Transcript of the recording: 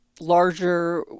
larger